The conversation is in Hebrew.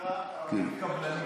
שנקרא ערבית קפדנית.